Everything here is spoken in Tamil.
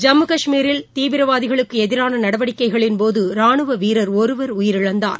ஜம்மு கஷ்மீரில் தீவிரவாதிகளுக்குஎதிரானநடவடிக்கைகளின் போதராணுவவீரர் ஒருவர் உயிரிழந்தார்